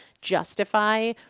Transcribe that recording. justify